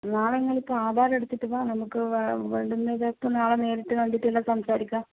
നാളെ നിങ്ങൾ ആധാരം എടുത്തിട്ട് വാ നമുക്ക് വേണ്ടുന്നതൊക്കെ നേരിട്ട് കണ്ടിട്ട് എല്ലാം സംസാരിക്കാം